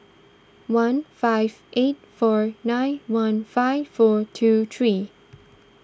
one five eight four nine one five four two three